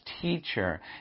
teacher